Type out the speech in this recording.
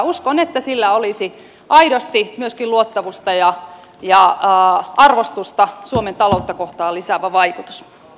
uskon että sillä olisi aidosti myöskin luottamusta ja arvostusta suomen taloutta kohtaan lisäävä vaikutus